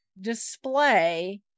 display